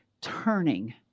turning